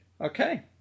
Okay